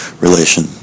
relation